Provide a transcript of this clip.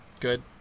Good